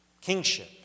Kingship